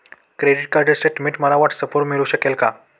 Credit card statement मला व्हॉट्सऍपवर मिळू शकेल का?